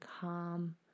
calm